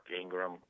Ingram